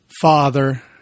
father